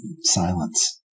silence